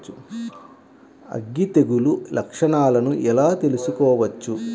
అగ్గి తెగులు లక్షణాలను ఎలా తెలుసుకోవచ్చు?